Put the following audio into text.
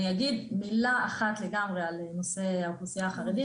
אני אגיד מילה אחת לנושא האוכלוסייה החרדית,